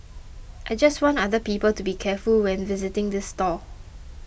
I just want other people to be careful when visiting this stall